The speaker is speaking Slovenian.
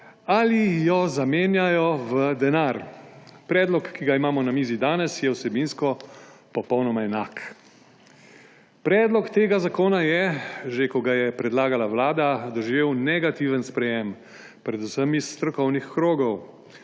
ali jo zamenjajo v denar. Predlog, ki ga imamo na mizi danes, je vsebinsko popolnoma enak. Predlog tega zakona je, že ko ga je predlagala Vlada, doživel negativen sprejem, predvsem iz strokovnih krogov.